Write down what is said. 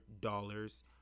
dollars